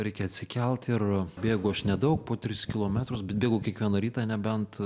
reikia atsikelt ir bėgu aš nedaug po tris kilometrus bet bėgu kiekvieną rytą nebent